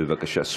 בבקשה.